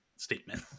statement